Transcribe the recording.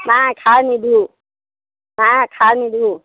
নাই সাৰ নিদিওঁ নাই সাৰ নিদিওঁ